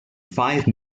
five